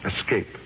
escape